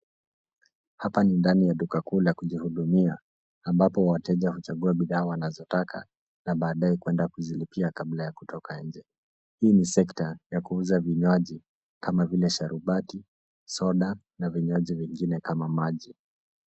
Hapa ni ndani ya duka kuu la kujihudumia, ambapo wateja huchagua bidhaa wanazotaka, na baadae kwenda kuzilipia kabla ya kutoka nje. Hii ni sekta ya kuuza vinywaji kama vile sharubati, soda, na vinywaji vingine kama maji.